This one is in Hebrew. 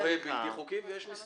לא, יש שוהה בלתי חוקי ויש מסתנן.